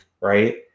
Right